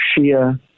Shia